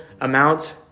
amount